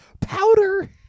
powder